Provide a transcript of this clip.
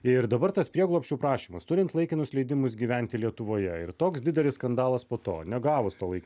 ir dabar tas prieglobsčių prašymas turint laikinus leidimus gyventi lietuvoje ir toks didelis skandalas po to negavus to laik